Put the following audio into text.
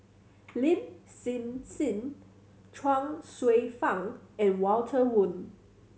Lin Hsin Hsin Chuang Hsueh Fang and Walter Woon